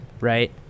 right